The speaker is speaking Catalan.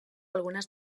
algunes